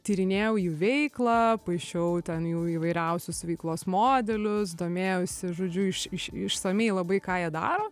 tyrinėjau jų veiklą paišiau ten jų įvairiausius veiklos modelius domėjausi žodžiu iš iš išsamiai labai ką jie daro